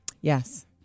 Yes